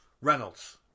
Reynolds